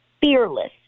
fearless